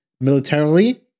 Militarily